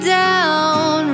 down